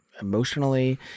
emotionally